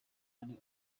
ari